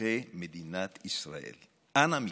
אזרחי מדינת ישראל, אנא מכם.